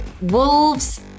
Wolves